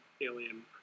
Alien